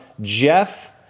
jeff